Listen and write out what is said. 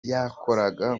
yakoraga